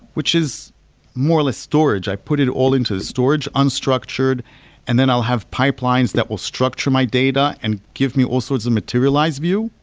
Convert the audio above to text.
which is more or less storage. i put it all into the storage unstructured and then i'll have pipelines that will structure my data and give me also it's a materialized view.